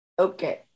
Okay